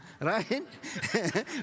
right